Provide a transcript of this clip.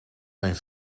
mijn